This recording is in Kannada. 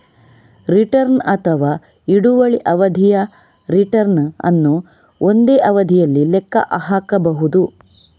ರಿಟರ್ನ್ ಅಥವಾ ಹಿಡುವಳಿ ಅವಧಿಯ ರಿಟರ್ನ್ ಅನ್ನು ಒಂದೇ ಅವಧಿಯಲ್ಲಿ ಲೆಕ್ಕ ಹಾಕಬಹುದು